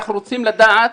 אנחנו רוצים לדעת